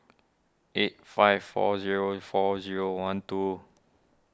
eight five four zero four zero one two